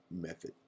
method